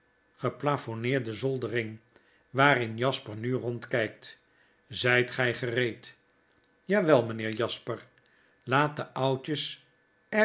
geplafoneerde zoldering waarin jasper nu rondkijkt zyt gy gereed jawel meneer jasper laat de oudjes